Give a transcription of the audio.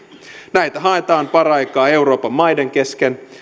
näitä haetaan paraikaa euroopan maiden kesken